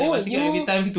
oh you